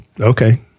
okay